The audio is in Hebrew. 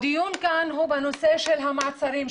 הדיון כאן הוא בנושא של המעצרים,